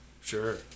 Sure